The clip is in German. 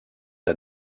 der